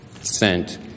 sent